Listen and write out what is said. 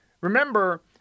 remember